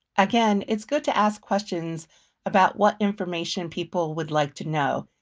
again, it's good to ask questions about what information people would like to know.